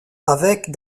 avec